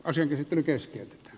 asian käsittely keskeytetään